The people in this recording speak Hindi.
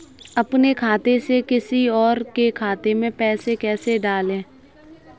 अपने खाते से किसी और के खाते में पैसे कैसे डालें?